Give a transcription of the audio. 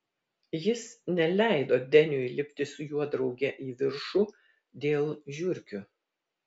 jis neleido deniui lipti su juo drauge į viršų dėl žiurkių